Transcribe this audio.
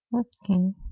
okay